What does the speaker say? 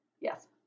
yes